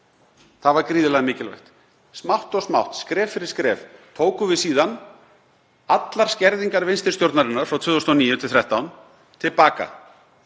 Það var gríðarlega mikilvægt. Smátt og smátt, skref fyrir skref, tókum við síðan allar skerðingar vinstri stjórnarinnar frá 2009–2013 til baka.